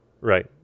Right